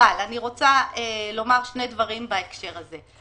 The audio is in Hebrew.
אני רוצה לומר שני דברים בהקשר הזה.